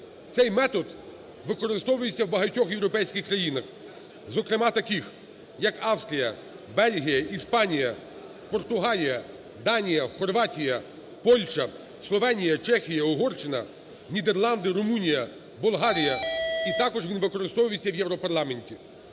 Цей метод використовується в багатьох європейських країнах, зокрема, таких як Австрія, Бельгія, Іспанія, Португалія, Данія, Хорватія, Польща, Словенія, Чехія, Угорщина, Нідерланди, Румунія, Болгарія і також він використовується в Європарламенті.